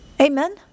Amen